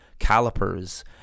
calipers